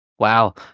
Wow